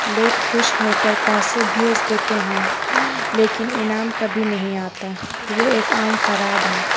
لوگ خوش ہو کر پیسے بھیج دیتے ہیں لیکن انعام کبھی نہیں آتا یہ ایک عام فراڈ ہے